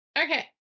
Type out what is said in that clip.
okay